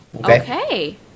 Okay